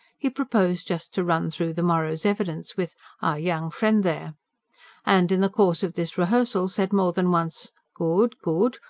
he proposed just to run through the morrow's evidence with our young friend there and in the course of this rehearsal said more than once good. good!